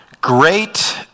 Great